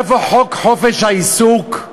איפה חוק חופש העיסוק?